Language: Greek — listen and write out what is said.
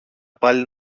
πάλι